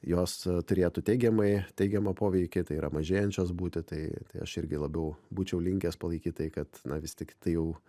jos turėtų teigiamai teigiamą poveikį tai yra mažėjančios būti tai tai aš irgi labiau būčiau linkęs palaikyt tai kad na vis tik tai jau